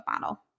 model